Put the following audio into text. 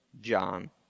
John